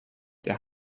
der